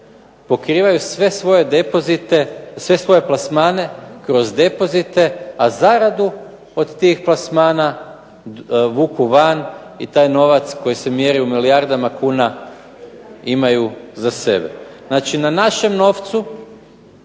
pokrivaju sve svoje plasmane kroz depozite, a zaradu od tih plasmana vuku van i taj novac koji se mjeri u milijardama kuna imaju za sebe. Znači na našem novcu,